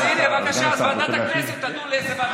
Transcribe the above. אז הינה, בבקשה, ועדת הכנסת תדון, איזו ועדה.